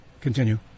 Continue